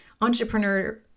entrepreneur